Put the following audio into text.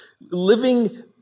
Living